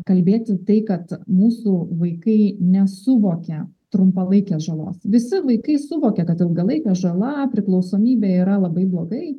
kalbėti tai kad mūsų vaikai nesuvokia trumpalaikės žalos visi vaikai suvokia kad ilgalaikė žala priklausomybė yra labai blogai